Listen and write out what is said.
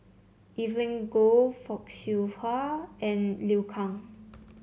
Evelyn Goh Fock Siew Wah and Liu Kang